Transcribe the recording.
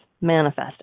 manifesting